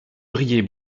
briller